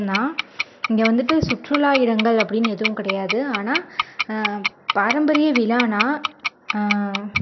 இடம்தான் இங்கே வந்துட்டு சுற்றுலா இடங்கள் அப்படினு எதுவும் கிடையாது ஆனால் பாரம்பரிய விழானால்